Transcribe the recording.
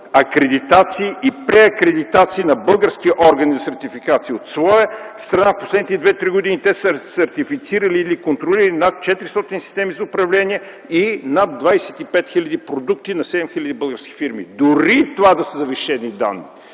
акредитации и преакредитации на български органи за сертификация, те са явно повече. От своя страна през последните 2-3 години те са сертифицирали или контролирали над 400 системи за управление и над 25 хил. продукти на 7 хил. български фирми. Дори това да са завишени данни,